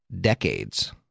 decades